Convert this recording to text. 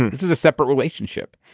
this is a separate relationship.